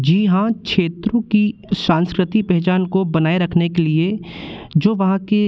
जी हाँ क्षेत्रों की सांस्कृतिक पहचान को बनाए रखने के लिए जो वहाँ की